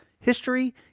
history